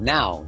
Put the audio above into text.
Now